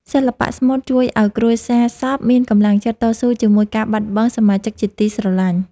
សិល្បៈស្មូតជួយឱ្យគ្រួសារសពមានកម្លាំងចិត្តតស៊ូជាមួយការបាត់បង់សមាជិកជាទីស្រឡាញ់។